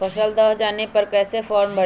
फसल दह जाने पर कैसे फॉर्म भरे?